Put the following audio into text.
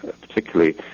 particularly